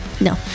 No